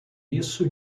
isso